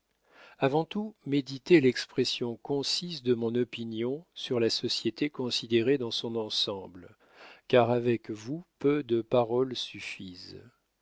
avant tout méditez l'expression concise de mon opinion sur la société considérée dans son ensemble car avec vous peu de paroles suffisent